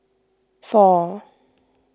four